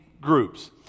groups